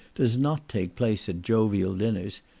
does not take place at jovial dinners,